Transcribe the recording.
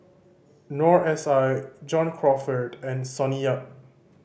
Noor S I John Crawfurd and Sonny Yap